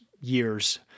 years